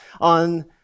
on